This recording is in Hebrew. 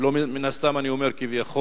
ולא סתם אני אומר "כביכול"